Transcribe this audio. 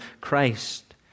Christ